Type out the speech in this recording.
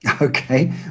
okay